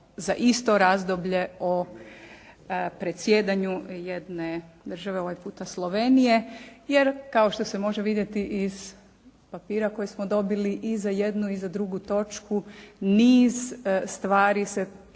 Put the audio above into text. za isto razdoblje o predsjedanju jedne države, ovaj puta Slovenije, jer kao što se može vidjeti iz papira koje smo dobili i za jednu i za drugu točku niz stvari su iste.